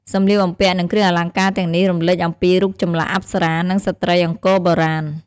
សម្លៀកបំំពាក់ និង គ្រឿងអលង្ការទាំងនេះរំលេចអំពីរូបចម្លាក់អប្សរា និងស្ត្រីអង្គរបុរាណ។